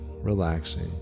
relaxing